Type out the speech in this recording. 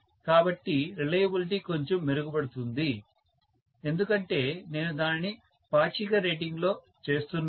కాబట్టి రిలయబిలిటీ కొంచెం మెరుగుపడుతుంది ఎందుకంటే నేను దానిని పాక్షిక రేటింగ్లో చేస్తున్నాను